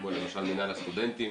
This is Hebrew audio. כמו למשל מינהל הסטודנטים,